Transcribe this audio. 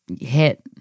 hit